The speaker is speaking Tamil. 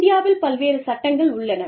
இந்தியாவில் பல்வேறு சட்டங்கள் உள்ளன